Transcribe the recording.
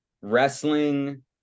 wrestling